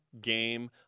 game